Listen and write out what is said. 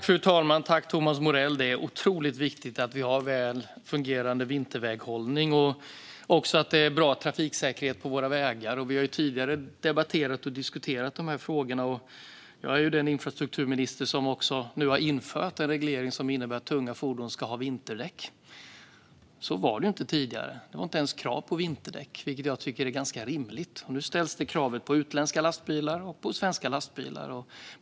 Fru talman! Det är otroligt viktigt att vi har väl fungerande vinterväghållning och att det är bra trafiksäkerhet på våra vägar. Vi har tidigare debatterat och diskuterat de här frågorna. Jag är den infrastrukturminister som nu har infört en reglering som innebär att tunga fordon ska ha vinterdäck. Så var det inte tidigare. Då var det inte krav på vinterdäck, ett krav som jag tycker är ganska rimligt. Nu ställs detta krav på utländska lastbilar och på svenska lastbilar.